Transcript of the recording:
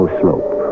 slope